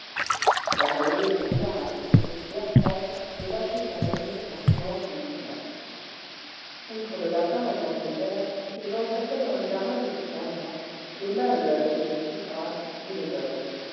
la maheude déclara que ce n'était guère propre de lâcher sa famille un dimanche de ducasse outre le lapin aux pommes de terre qu'ils engraissaient dans le carin depuis un mois les maheu avaient une soupe grasse et le boeuf